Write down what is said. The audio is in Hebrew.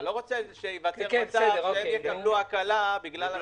אתה לא רוצה שהן יקבלו הקלה בגלל התיקון.